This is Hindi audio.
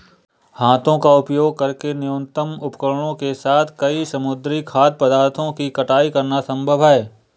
हाथों का उपयोग करके न्यूनतम उपकरणों के साथ कई समुद्री खाद्य पदार्थों की कटाई करना संभव है